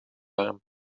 arm